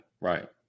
Right